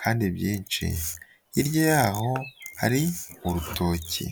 kandi byinshi, hirya y'aho hari urutoki.